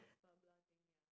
blah blah thing ya